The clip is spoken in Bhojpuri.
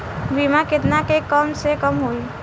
बीमा केतना के कम से कम होई?